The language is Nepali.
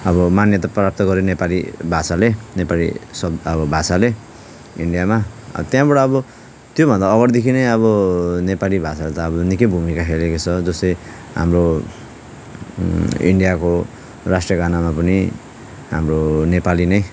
अब मान्यता प्राप्त गर्यो नेपाली भाषाले नेपाली शब्द अब भाषाले इन्डियामा त्यहाँबाट अब त्योभन्दा अगाडिदेखि नै अब नेपाली भाषाहरू त अब निकै भूमिका खेलेको छ जस्तै हाम्रो इन्डियाको राष्ट्रिय गानामा पनि हाम्रो नेपाली नै